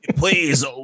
Please